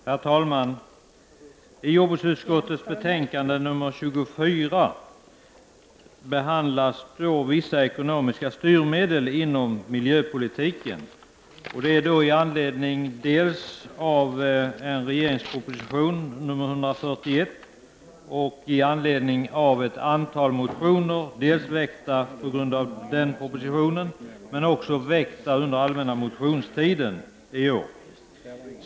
Herr talman! I jordbruksutskottets betänkande 24 behandlas vissa ekonomiska styrmedel inom miljöpolitiken. Det sker dels i anledning av regeringens proposition 1989/90:141, dels i anledning av ett antal motioner väckta i anledning av propositionen, men också i anledning av motioner väckta under den allmänna motionstiden i år.